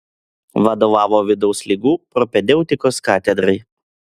vadovavo vidaus ligų propedeutikos katedrai